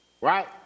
right